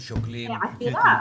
עתירה.